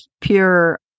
pure